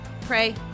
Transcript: pray